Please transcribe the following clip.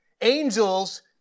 Angels